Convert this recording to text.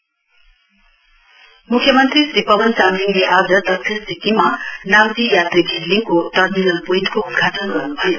CM म्ख्यमन्त्री श्री पवन चामलिङले आज दक्षिण सिक्किममा नाम्ची यात्री घिर्लिङको टर्मिनल पोइन्टको उद्घाटन गर्नुभयो